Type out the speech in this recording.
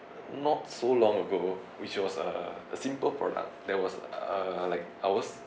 not so long ago which was a a simple product there was uh like I was